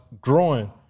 growing